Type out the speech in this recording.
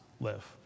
live